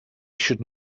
should